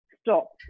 stop